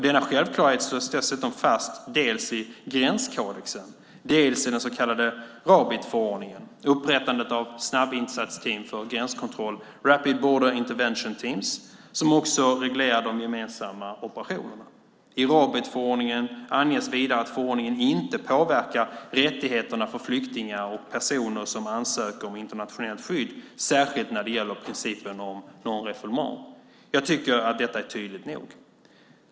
Denna självklarhet slås dessutom fast dels i gränskodexen dels i den så kallade Rabitförordningen - upprättandet av snabbinsatsteam för gränskontroll, Rapid Border Intervention Teams, som också reglerar de gemensamma operationerna. I Rabitförordningen anges vidare att förordningen inte påverkar rättigheterna för flyktingar och personer som ansöker om internationellt skydd, särskilt när det gäller principen om non-refoulement. Jag tycker att detta är tydligt nog.